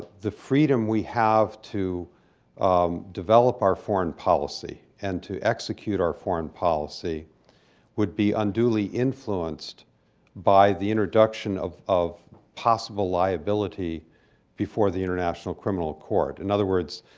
the freedom we have to um develop our foreign policy and to execute our foreign policy would be unduly influenced by the introduction of of possible liability before the international criminal court. in other words,